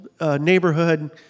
neighborhood